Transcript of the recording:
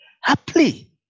happily